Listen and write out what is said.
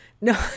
No